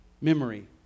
memory